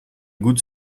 goutte